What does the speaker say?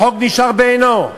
החוק נשאר בעינו.